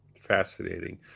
fascinating